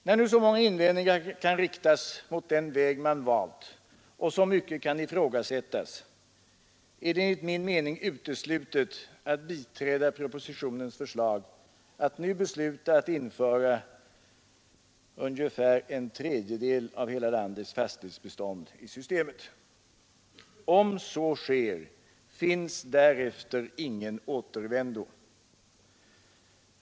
När nu så många invändningar kan riktas mot den väg man valt och så mycket kan ifrågasättas, är det enligt min mening uteslutet att biträda propositionens förslag och nu besluta att införa ungefär en tredjedel av hela landets fastighetsbestånd i systemet. Om så sker finns därefter ingen återvändo.